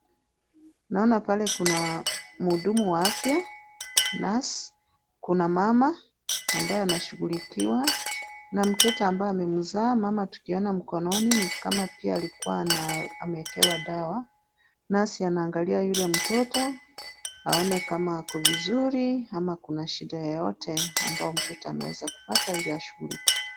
Naona pale kuna mhudumu wa afya, nurse , kuna mama ambaye anashughulikiwa na mtoto ambaye amemzaa. Mama tukiona mikononi ni kama pia alikuwa amewekewa dawa, nurse anaangalia yule mtoto, aone kama ako vizuri ama kuna shida yoyote ambayo mtoto anaweza kupata ili ashughulikiwe.